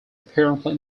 apparently